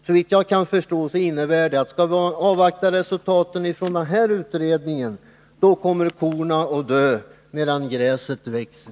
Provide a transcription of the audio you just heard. Såvitt jag förstår innebär detta, att skall man avvakta resultaten av den här utredningen, kommer korna att dö medan gräset växer.